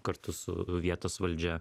kartu su vietos valdžia